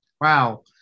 Wow